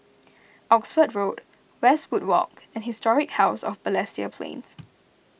Oxford Road Westwood Walk and Historic House of Balestier Plains